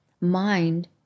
mind